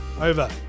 over